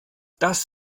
das